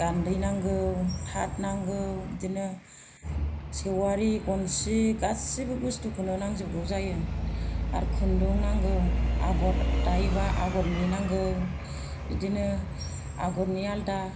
गान्दै नांगौ थाथ नांगौ बिदिनो सेवारि गनसि गासिबो बस्थुखौनो नांजोबगौ जायो आरो खुन्दुं नांगौ आगर दायोब्ला आगरनि नांगौ बिदिनो आगरनि आलादा